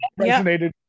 resonated